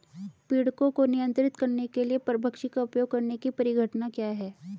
पीड़कों को नियंत्रित करने के लिए परभक्षी का उपयोग करने की परिघटना क्या है?